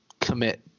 commit